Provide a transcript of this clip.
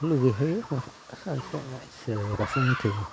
लुबैखायो एसे एनै जिरायब्लासो मिथिगोन